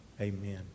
Amen